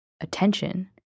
attention